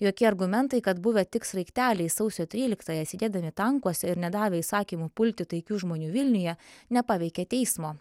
jokie argumentai kad buvę tik sraigteliai sausio tryliktąją sėdėdami tankuose ir nedavę įsakymų pulti taikių žmonių vilniuje nepaveikė teismo